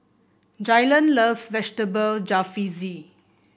Jaylon loves Vegetable Jalfrezi